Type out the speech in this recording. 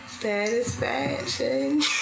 Satisfaction